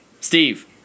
Steve